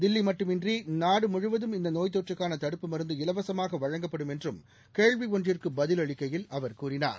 தில்லிமட்டுமன்றிநாடுமுழுவதும் இந்தநோய் தொற்றுக்கானதடுப்பு மருந்து இலவசமாகவழங்கப்படும் என்றும் கேள்விஒன்றுக்குபதிலளிக்கையில் கூறினார்